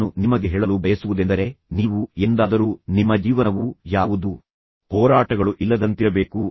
ನಾನು ನಿಮಗೆ ಹೇಳಲು ಬಯಸುವುದೆಂದರೆ ನೀವು ಎಂದಾದರೂ ನಿಮ್ಮ ಜೀವನವು ಯಾವುದೂ ಹೋರಾಟಗಳು ಇಲ್ಲದಂತಿರಬೇಕು